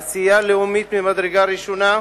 עשייה לאומית מדרגה ראשונה.